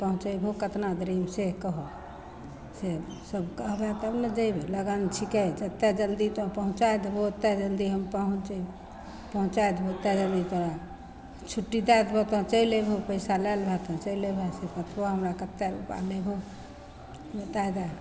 पहुँचैबहो कतना देरीमे से कहऽ से सब कहबहो तब ने जएबै लगन छिकै जतेक जल्दी तोँ पहुँचै देबहो ओतेक जल्दी हम पहुँचि जएबै पहुँचै देबहो ओतेक जल्दी तोहरा छुट्टी दै देबऽ तोँ चलि अएबहो पइसा लै लेबहो तोँ चलि अएबहो से बतबऽ हमरा कतेक रूपा लेबहो बता दै